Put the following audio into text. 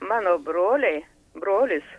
mano broliai brolis